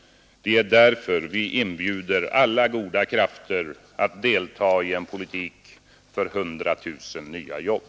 Det är därför vi inbjuder alla goda krafter att delta i en politik för 100 000 nya jobb.